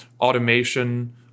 automation